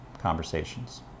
conversations